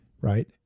right